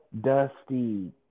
dusty